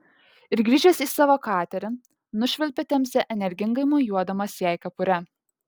ir grįžęs į savo katerį nušvilpė temze energingai mojuodamas jai kepure